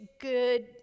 good